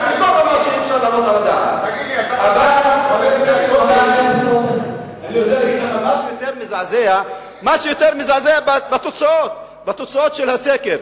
אני רוצה להגיד לך משהו יותר מזעזע, בתוצאות הסקר.